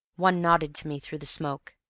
one nodded to me through the smoke.